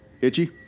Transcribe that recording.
Itchy